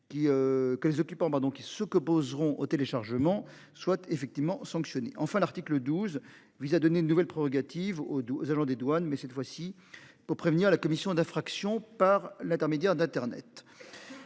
qu'elles occupent en bas donc il se que poseront au téléchargement soit effectivement sanctionner enfin l'article 12, vise à donner une nouvelle prérogative au 12 agents des douanes, mais cette fois-ci pour prévenir la commission d'infractions par l'intermédiaire d'Internet.